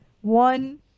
one